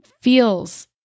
feels